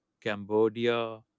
Cambodia